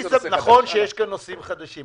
נכון שיש כאן נושאים חדשים,